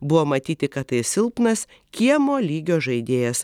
buvo matyti kad tai silpnas kiemo lygio žaidėjas